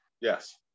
Yes